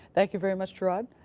thank you very much geraud.